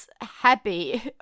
happy